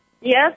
Yes